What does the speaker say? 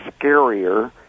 scarier